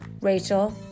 Rachel